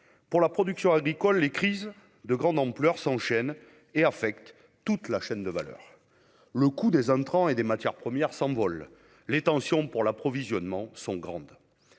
Pour la production agricole, les crises de grande ampleur s'enchaînent et affectent toute la chaîne de valeur. Le coût des intrants et des matières premières s'envole, les tensions pour l'approvisionnement sont grandes.